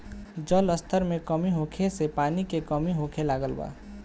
जल स्तर में कमी होखे से पानी के कमी होखे लागल बा